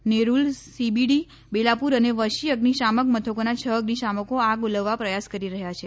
Nerul CBD Belapur અને વશી અઝિશામક મથકોના છ અઝિશામકો આગ ઓલવવા પ્રયાસ કરી રહ્યા છે